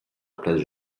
place